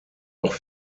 auch